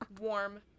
warm